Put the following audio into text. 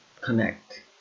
connect